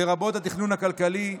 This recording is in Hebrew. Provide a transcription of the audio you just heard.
לרבות התכנון הכלכלי,